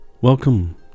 Welcome